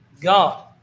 God